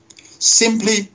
simply